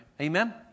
Amen